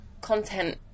content